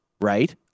Right